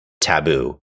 taboo